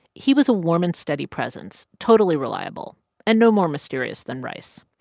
he was a warm and steady presence, totally reliable and no more mysterious than rice.